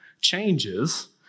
changes